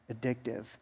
addictive